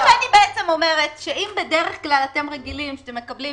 אני אומרת שאם בדרך כלל אתם רגילים שאתם מקבלים,